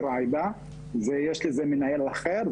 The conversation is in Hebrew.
יש לזה מנהל אחר,